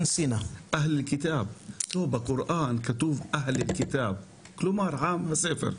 כתוב בקוראן "אהל אלכיתאב", כלומר, עם הספר.